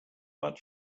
what